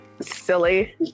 silly